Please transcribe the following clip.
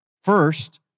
First